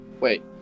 Wait